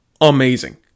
amazing